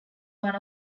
one